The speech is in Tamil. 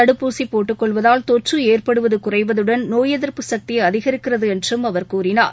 தடுப்பூசிபோட்டுக்கொள்வதால் தொற்றுஏற்படுவதுகுறைவதுடன் நோய் எதிர்ப்பு சக்திஅதிகரிக்கிறதுஎன்றும் அவர் கூறினார்